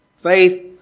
Faith